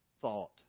thought